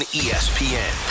espn